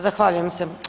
Zahvaljujem se.